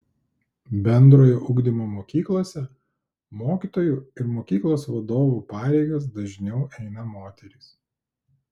bendrojo ugdymo mokyklose mokytojų ir mokyklos vadovų pareigas dažniau eina moterys